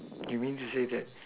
you mean to say that